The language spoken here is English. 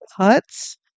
cuts